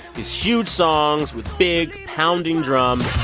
these huge songs with big pounding drums